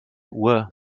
uhr